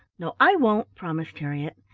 no, i won't, promised harriett.